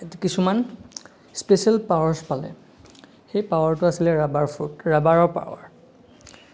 কিছুমান special powers পালে সেই পাৱাৰটো আছিলে ৰাবাৰ ফ্ৰোট ৰাবাৰৰ পাৱাৰ